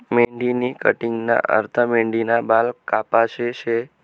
मेंढीनी कटिंगना अर्थ मेंढीना बाल कापाशे शे